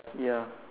ya